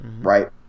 right